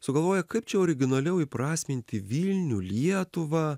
sugalvoja kaip čia originaliau įprasminti vilnių lietuvą